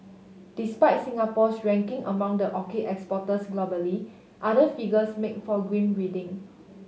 despite Singapore's ranking among the orchid exporters globally other figures make for grim reading